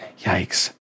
Yikes